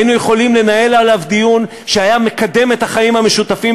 היינו יכולים לנהל עליו דיון שהיה מקדם את החיים המשותפים